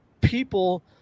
people